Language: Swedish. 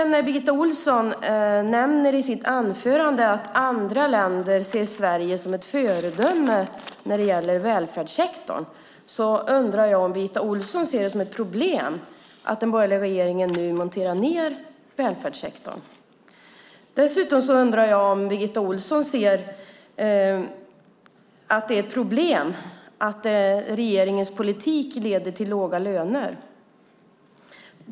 När Birgitta Ohlsson nämner i sitt anförande att andra länder ser Sverige som ett föredöme när det gäller välfärdssektorn undrar jag om Birgitta Ohlsson ser det som ett problem att den borgerliga regeringen nu monterar ned välfärdssektorn. Dessutom undrar jag om Birgitta Ohlsson ser att det är ett problem att regeringens politik leder till låga löner.